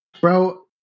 Bro